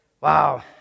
wow